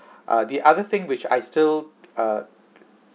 uh the other thing which I still uh